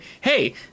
hey